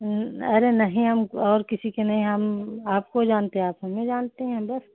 अरे नहीं हम और किसी की नहीं हम आपको हम जानते हैं आप हमें जानते हैं बस